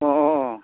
आह